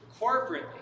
corporately